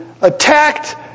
attacked